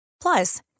Plus